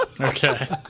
Okay